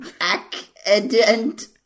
accident